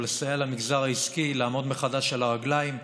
או לסייע למגזר העסקי לעמוד מחדש על הרגליים,